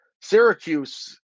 Syracuse